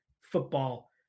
Football